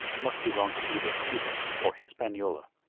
must belong to either cuba or hispaniola.